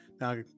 Now